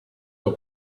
your